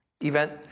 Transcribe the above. event